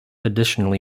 additionally